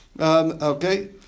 Okay